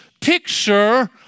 picture